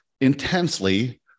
intensely